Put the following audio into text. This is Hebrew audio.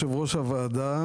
יושב-ראש הוועדה,